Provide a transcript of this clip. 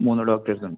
മൂന്ന് ഡോക്ടേഴ്സുണ്ട്